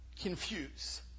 confuse